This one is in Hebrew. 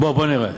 בוא נראה.